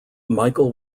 michael